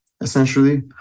essentially